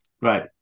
right